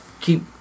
Keep